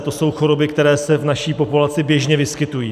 To jsou choroby, které se v naší populaci běžně vyskytují.